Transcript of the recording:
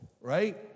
right